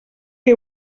que